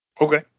Okay